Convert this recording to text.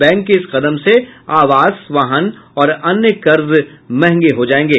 bank के इस कदम से आवास वाहन और अन्य कर्ज महंगे हो जायेंगे